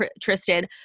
Tristan